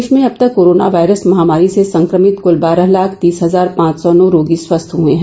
देश में अब तक कोरोना वायरस महामारी से संक्रमित कुल बारह लाख तीस हजार पांच सौ नौ रोगी स्वस्थ हुए हैं